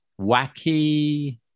wacky